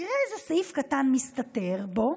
תראה איזה סעיף קטן מסתתר בו,